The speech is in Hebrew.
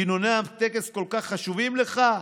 גינוני הטקס כל כך חשובים לך?